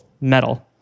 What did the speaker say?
metal